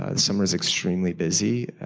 ah summer is extremely busy.